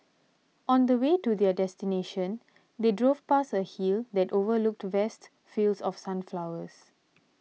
on the way to their destination they drove past a hill that overlooked vast fields of sunflowers